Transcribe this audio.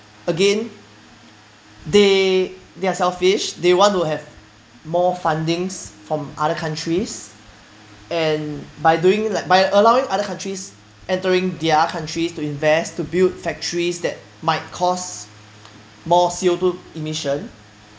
again they they are selfish they want to have more fundings from other countries and by doing like by allowing other countries entering their countries to invest to build factories that might cost more C_O two emission